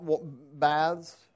baths